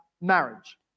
marriage